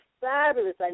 fabulous